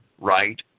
right